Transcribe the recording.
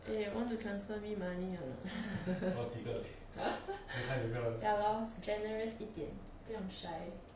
eh want to transfer me money or not ya lor generous 一点不用 shy